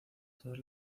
todas